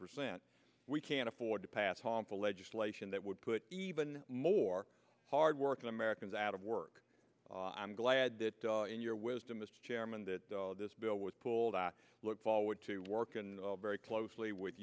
percent we can't afford to pass harmful legislation that would put even more hard working americans out of work i'm glad that in your wisdom mr chairman that this bill was pulled i look forward to working very closely with